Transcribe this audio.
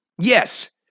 Yes